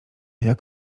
jak